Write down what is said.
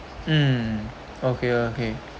mm okay okay